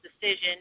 decision